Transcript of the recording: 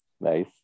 Nice